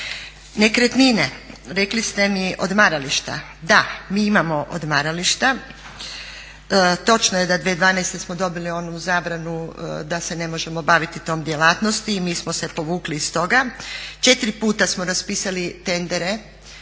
Nekretnine, rekli ste mi odmarališta. Da, mi imamo odmarališta. Točno je da 2012. smo dobili onu zabranu da se ne možemo baviti tom djelatnosti i mi smo se povukli iz toga. 4 puta smo raspisali tendere